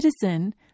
citizen